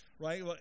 Right